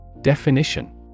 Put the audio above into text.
Definition